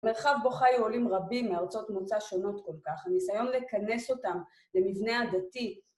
מרחב בו חיו עולים רבים מארצות מוצא שונות כל כך, הניסיון לכנס אותם למבנה עדתי...